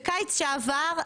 בקיץ שעבר,